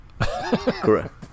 Correct